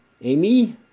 Amy